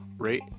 Rate